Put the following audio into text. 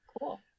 Cool